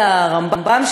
על הרמב"ם,